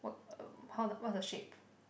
what uh how the what's the shape